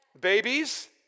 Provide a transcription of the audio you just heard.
Babies